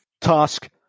task